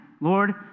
Lord